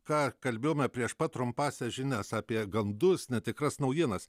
ką kalbėjome prieš pat trumpąsias žinias apie gandus netikras naujienas